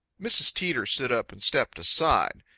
mrs. teeter stood up and stepped aside.